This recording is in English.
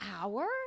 hour